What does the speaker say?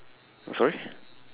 sorry